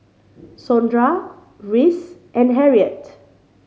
Sondra Rhys and Harriette